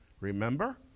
remember